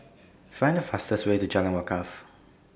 Find The fastest Way to Jalan Wakaff